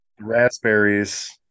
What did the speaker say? Raspberries